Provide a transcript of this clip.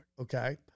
Okay